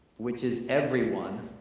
which is everyone,